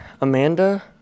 Amanda